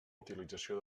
utilització